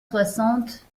soixante